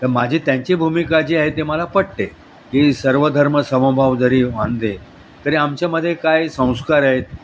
तर माझी त्यांची भूमिका जी आहे ते मला पटते की सर्वधर्म समभाव जरी मानले तरी आमच्यामध्ये काय संस्कार आहेत